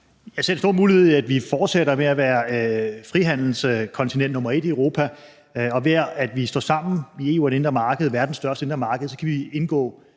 Jeg ser en stor mulighed i, at vi i Europa fortsætter med at være frihandelskontinent nr. 1, og ved, at vi står sammen i EU og det indre marked, verdens største indre marked. Så kan vi indgå